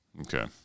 Okay